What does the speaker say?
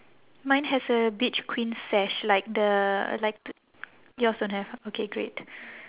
mine has a beach queen sash like the like yours don't have okay great